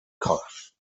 corff